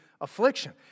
affliction